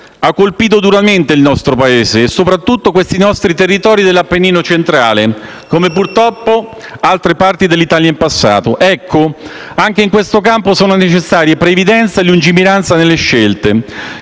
ha colpito duramente il nostro Paese, soprattutto i nostri territori dell'Appennino centrale, come purtroppo altre parti dell'Italia in passato. Pertanto, anche in questo campo sono necessari previdenza e lungimiranza nelle scelte.